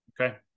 Okay